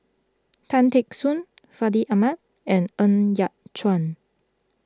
Tan Teck Soon Fandi Ahmad and Ng Yat Chuan